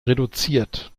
reduziert